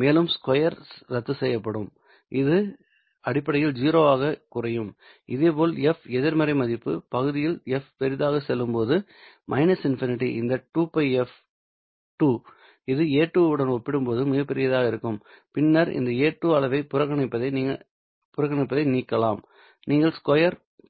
மேலும் ஸ்கொயர் ரத்துசெய்யப்படும் பின்னர் இது அடிப்படையில் 0 ஆக குறையும்இதேபோல் f எதிர்மறை மதிப்பு பகுதியில் f பெரிதாக செல்லும் போது ∞ இந்த 2Πf 2 இது a2 உடன் ஒப்பிடும்போது மிகப் பெரியதாக இருக்கும் பின்னர் இந்த a2 அளவை புறக்கணிப்பதை நீக்கலாம்